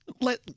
let